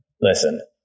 listen